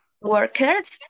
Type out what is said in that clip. workers